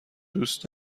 دوست